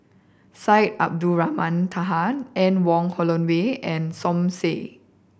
Syed Abdulrahman Taha Anne Wong Holloway and Som Said